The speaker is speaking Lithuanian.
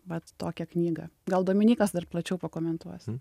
vat tokią knygą gal dominykas dar plačiau pakomentuos